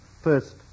First